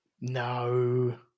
no